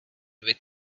with